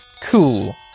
Cool